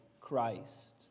Christ